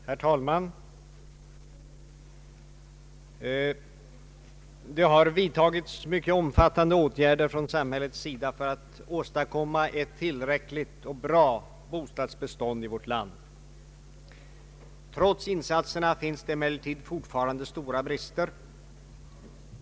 Herr talman! Det har vidtagits mycket omfattande åtgärder från samhällets sida för att åstadkomma ett tillräckligt och bra bostadsbestånd i vårt land. Trots insatserna finns det emellertid fortfarande stora brister.